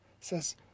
says